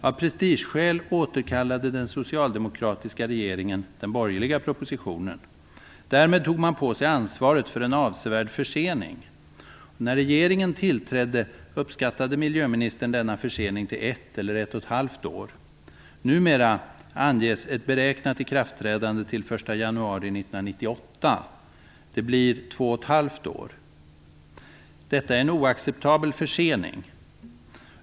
Av prestigeskäl återkallade den socialdemokratiska regeringen den borgerliga propositionen. Därmed tog man på sig ansvaret för en avsevärd försening. När regeringen tillträdde uppskattade miljöministern denna försening till ett eller ett och ett halvt år. januari 1998. Det blir två och ett halvt år. Detta är en oacceptabel försening.